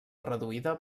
reduïda